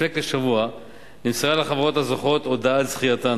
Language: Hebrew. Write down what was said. לפני כשבוע נמסרה לחברות הזוכות הודעה על זכייתן,